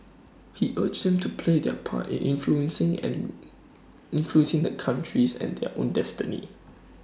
he urged them to play their part in influencing and influencing the country's and their own destiny